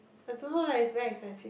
I don't know leh its very expensive